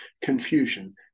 confusion